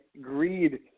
greed